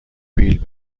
بیل